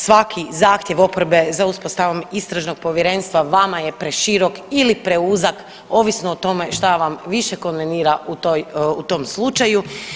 Svaki zahtjev oporbe za uspostavom istražnog povjerenstva vama je preširok ili preuzak ovisno o tome šta vam više konvenira u toj, u tom slučaju.